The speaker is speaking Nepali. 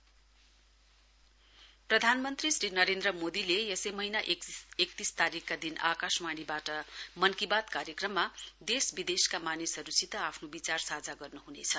पीएम मनकी बात प्रधानमन्त्री श्री नरेन्द्र मोदीले यसै महीना एकतीस तीराकका दिन आकाशवाणी बाट मनकी बात कार्यक्रममा देश विदेशका मानिसहरूसित आफ्नो विचार साझा गर्न्हनेछ